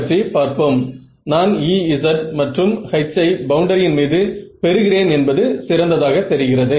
pulse basis மற்றும் pulse டெஸ்ட்டிங்கை நான் செய்வேன்